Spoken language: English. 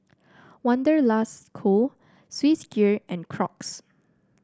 Wanderlust Co Swissgear and Crocs